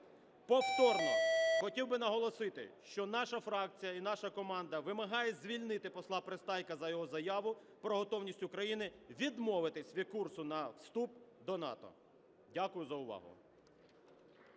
Повторно хотів би наголосити, що наша фракція і наша команда вимагають звільнити посла Пристайка за його заяву про готовність України відмовитися від курсу на вступ до НАТО. Дякую за увагу.